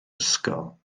ysgol